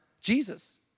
Jesus